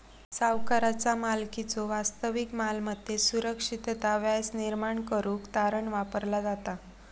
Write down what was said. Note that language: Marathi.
सावकाराचा मालकीच्यो वास्तविक मालमत्तेत सुरक्षितता व्याज निर्माण करुक तारण वापरला जाता